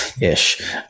ish